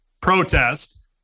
protest